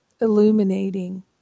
illuminating